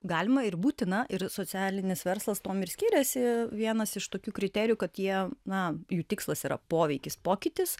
galima ir būtina ir socialinis verslas tuom ir skiriasi vienas iš tokių kriterijų kad jie na jų tikslas yra poveikis pokytis